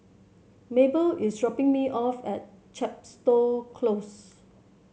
Maebelle is dropping me off at Chepstow Close